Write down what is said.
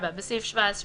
(4)בסעיף 17,